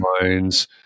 minds